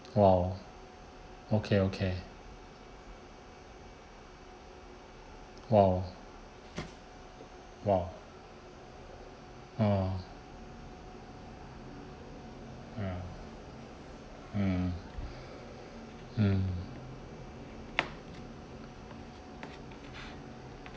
!wow! okay okay !wow! !wow! yeah mm mm